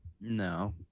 No